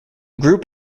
group